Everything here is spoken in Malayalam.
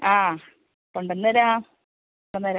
ആ കൊണ്ടുവന്ന് തരാം കൊണ്ടുവന്ന് തരാം